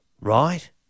Right